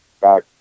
back